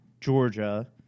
Georgia